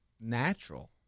natural